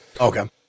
Okay